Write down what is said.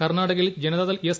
കർണ്ണാടകയിൽ ജനതാദൾ എസ്